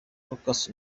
lucas